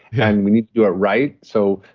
and we need to do it right. so,